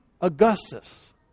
Augustus